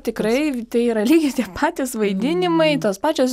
tikrai tai yra lygiai tie patys vaidinimai tos pačios